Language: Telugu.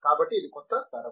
కాబట్టి ఇది కొత్త తరం